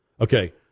Okay